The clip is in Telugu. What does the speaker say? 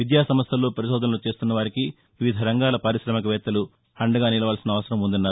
విద్యాసంస్థల్లో పరిశోధనలను చేస్తున్న వారికి వివిధ రంగాల పార్కిశామికవేత్తలు అండదండగా నిలవాల్సిన అవసరం ఉందన్నారు